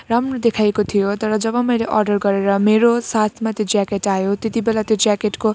राम्रो देखाइएको थियो तर जब मैले अर्डर गरेर मेरो साथमा त्यो ज्याकेट आयो त्यति बेला त्यो ज्याकेटको